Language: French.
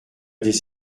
des